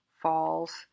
falls